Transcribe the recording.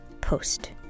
post